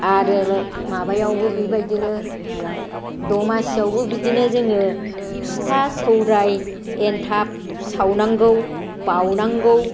आरो माबायावबो बेबादिनो दमासियावबो बिदिनो जोङो फिथा सौराइ एनथाब सावनांगौ बावनांगौ